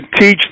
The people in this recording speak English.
teach